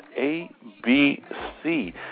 ABC